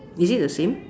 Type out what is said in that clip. is it the same